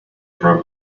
for